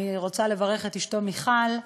אני רוצה לברך את אשתו מיכל,